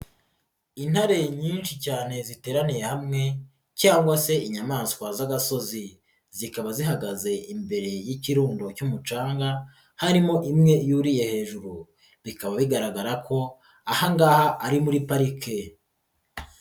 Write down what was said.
Intare nyinshi cyane ziteraniye hamwe cyangwa se inyamaswa z'agasozi, zikaba zihagaze imbere y'ikirundo cy'umucanga harimo imwe yuriye hejuru, bikaba bigaragara ko aha ngaha ari muri parike.